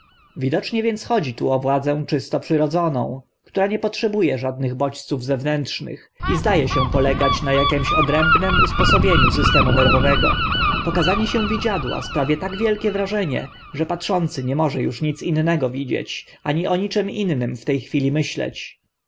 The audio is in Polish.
widocznie więc chodzi tu o władzę czysto przyrodzoną która nie potrzebu e żadnych bodźców zewnętrznych i zda e się polegać na akimś odrębnym usposobieniu systemu nerwowego pokazanie się widziadła sprawia tak wielkie wrażenie że patrzący nie może uż nic innego widzieć ani o niczym innym w owe chwili myśleć